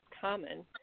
common